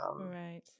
right